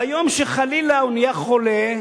ביום שחלילה הוא נהיה חולה,